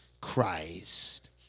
Christ